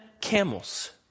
camels